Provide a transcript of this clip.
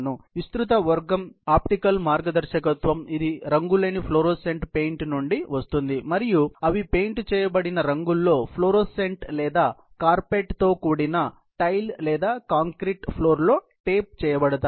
ఇతర విస్తృత వర్గం ఆప్టికల్ మార్గదర్శకత్వం ఇది రంగులేని ఫ్లోరోసెంట్ పెయింట్ నుండి వస్తుంది మరియు అవి పెయింట్ చేయబడిన రంగులో ఫ్లోరోసెంట్ లేదా కార్పెట్తో కూడిన టైల్ లేదా కాంక్రీట్ ఫ్లోర్ లో టేప్ చేయబడతాయి